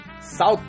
south